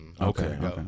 Okay